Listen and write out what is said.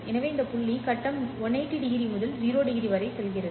எனவே இந்த புள்ளி கட்டம் 180O முதல் 0O வரை செல்கிறது